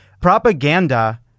propaganda-